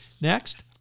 Next